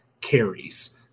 carries